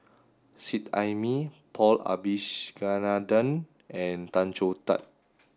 Seet Ai Mee Paul Abisheganaden and Tan Choh Tee